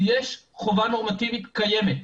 כי יש חובה נורמטיבית קיימת.